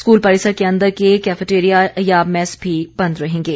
school परिसर के अंदर के कैफेटेरिया या मेस भी बंद रहेंगे